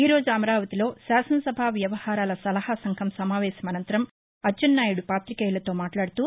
ఈ రోజు అమరావతిలో శాసనసభా వ్యవహారాల సలహా సంఘం సమావేశం అనంతరం అచ్చెంనాయుడు పాతికేయులతో మాట్లాడుతూ